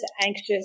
anxious